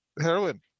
heroin